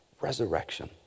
resurrection